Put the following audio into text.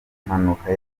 impanuka